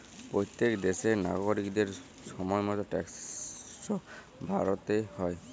প্যত্তেক দ্যাশের লাগরিকদের সময় মত ট্যাক্সট ভ্যরতে হ্যয়